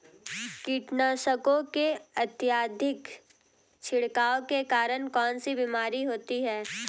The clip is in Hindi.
कीटनाशकों के अत्यधिक छिड़काव के कारण कौन सी बीमारी होती है?